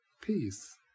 Peace